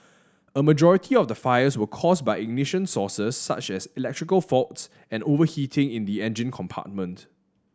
a majority of the fires were caused by ignition sources such as electrical faults and overheating in the engine compartment